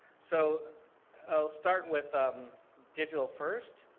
so i'll start with digital first.